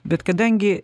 bet kadangi